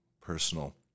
personal